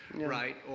right?